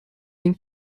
این